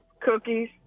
cookies